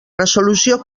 resolució